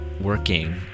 working